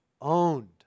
owned